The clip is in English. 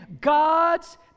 God's